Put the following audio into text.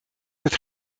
het